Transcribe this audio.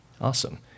Awesome